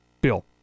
bill